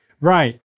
Right